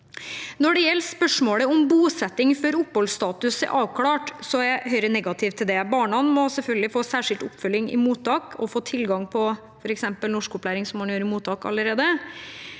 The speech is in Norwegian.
Når det gjelder spørsmålet om bosetting før oppholdsstatus er avklart, er Høyre negativ til det. Barna må selvfølgelig få særskilt oppfølging i mottak og tilgang på f.eks. norskopplæring, slik man allerede